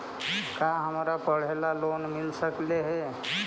का हमरा पढ़े ल लोन मिल सकले हे?